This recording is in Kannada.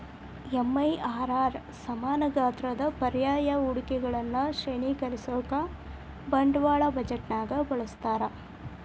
ಎಂ.ಐ.ಆರ್.ಆರ್ ಸಮಾನ ಗಾತ್ರದ ಪರ್ಯಾಯ ಹೂಡಿಕೆಗಳನ್ನ ಶ್ರೇಣೇಕರಿಸೋಕಾ ಬಂಡವಾಳ ಬಜೆಟ್ನ್ಯಾಗ ಬಳಸ್ತಾರ